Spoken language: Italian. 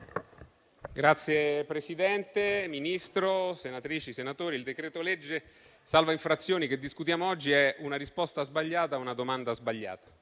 Signor Presidente, signor Ministro, senatrici e senatori, il decreto-legge salva infrazioni, che discutiamo oggi, è una risposta sbagliata a una domanda sbagliata.